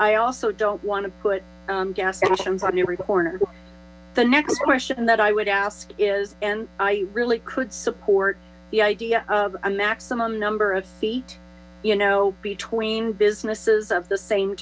i also don't want to put gas on every corner the next question that i would ask is and i really could support the idea of a maximum number of feet you know between businesses of the same